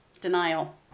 Denial